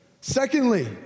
Secondly